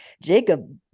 jacob